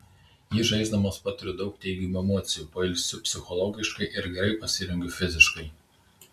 jį žaisdamas patiriu daug teigiamų emocijų pailsiu psichologiškai ir gerai pasirengiu fiziškai